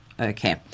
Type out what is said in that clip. Okay